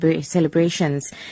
celebrations